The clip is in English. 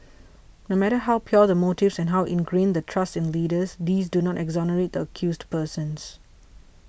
no matter how pure the motives and how ingrained the trust in leaders these do not exonerate the accused persons